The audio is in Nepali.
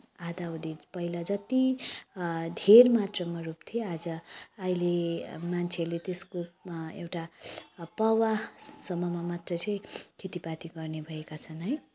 आधाउधी पहिला जत्ति धेर मात्रामा रोप्थे आज अहिले मान्छेहरूले त्यसको एउटा पावासम्ममा मात्र चाहिँ खेतीपाती गर्नेभएका छन् है